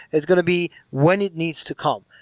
it's going to be when it needs to come.